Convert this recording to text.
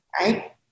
right